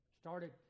started